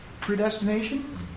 Predestination